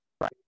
Right